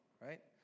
right